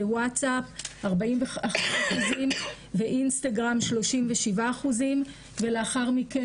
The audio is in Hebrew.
זה ווטסאפ 40% ואינסטגרם 37% ולאחר מכן